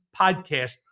podcast